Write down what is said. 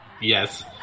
Yes